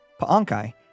Paankai